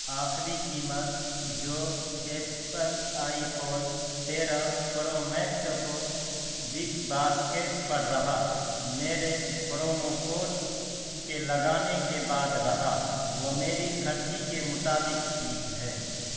آخری قیمت جو ایپل آئی فون تیرہ پرو میکس کو بگ باسکٹ پر رہا میرے پرومو کوڈ کے لگانے کے بعد رہا وہ میری خرچی کے مطابق ٹھیک ہے